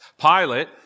Pilate